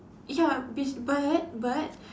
ya be but but